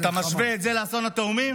אתה משווה את זה לאסון התאומים?